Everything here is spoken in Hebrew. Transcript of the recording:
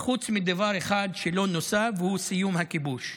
הכול חוץ מדבר אחד, שלא נוסה, והוא סיום הכיבוש.